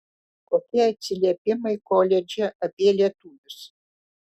kokie atsiliepimai koledže apie lietuvius